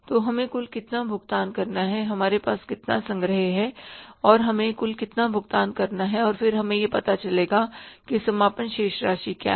तो हमें कुल कितना भुगतान करना है हमारे पास कितना संग्रह है और हमें कुल कितना भुगतान करना है और फिर हमें पता चलेगा कि समापन शेष राशि क्या है